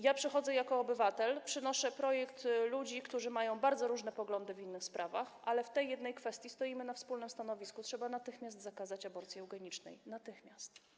Ja przychodzę jako obywatel, przynoszę projekt ludzi, którzy mają bardzo różne poglądy w innych sprawach, ale w tej jednej kwestii stoimy na wspólnym stanowisku - trzeba natychmiast zakazać aborcji eugenicznej, natychmiast.